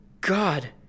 god